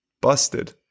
busted